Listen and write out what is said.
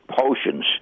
potions